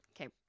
Okay